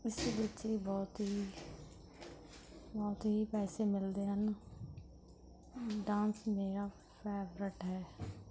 ਇਸ ਵਿੱਚ ਵੀ ਬਹੁਤ ਹੀ ਬਹੁਤ ਹੀ ਪੈਸੇ ਮਿਲਦੇ ਹਨ ਡਾਂਸ ਮੇਰਾ ਫੈਵਰੇਟ ਹੈ